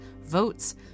votes